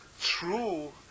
true